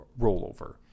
rollover